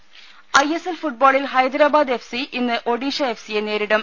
ഒഴെ I S L ഫുട്ബോളിൽ Hyderabad F C ഇന്ന് Odisha F സിയെ നേരിടും